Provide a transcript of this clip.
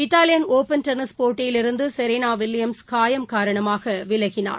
Italian open tennis போட்டியிலிருந்து Serena Williams காயம் காரணமாக விலகினார்